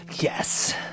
Yes